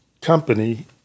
company